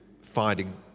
finding